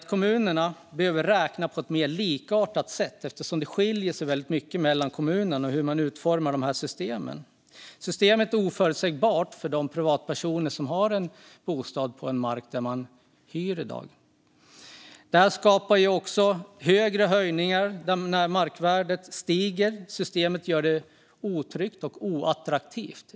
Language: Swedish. Kommunerna behöver räkna på ett mer likartat sätt. Det skiljer sig väldigt mycket mellan kommunerna hur man utformar systemet. Systemet är oförutsägbart för de privatpersoner som har en bostad på mark som de i dag hyr. Det skapar också högre höjningar när markvärdet stiger. Systemet gör det otryggt och oattraktivt.